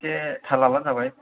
एसे थाल लाब्लानो जाबाय